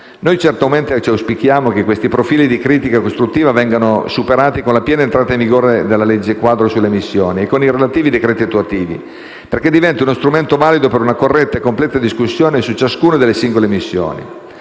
Noi certamente ci auguriamo che questi profili di critica costruttiva vengano superati con la piena entrata in vigore della legge quadro sulle missioni e con i relativi decreti attuativi, perché diventi uno strumento valido per una corretta e completa discussione su ciascuna delle singole missioni.